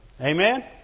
Amen